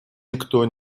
никто